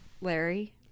Larry